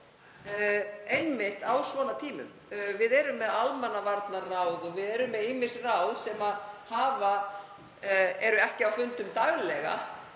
inn á svona tímum. Við erum með almannavarnaráð og við erum með ýmis ráð sem eru ekki á fundum daglega.